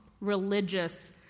religious